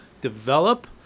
develop